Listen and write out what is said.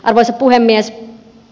arvoisa puhemies